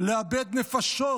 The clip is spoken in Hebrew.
לאבד נפשות